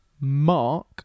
Mark